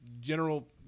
general